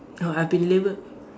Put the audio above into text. oh I've been labelled